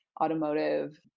automotive